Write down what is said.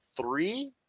three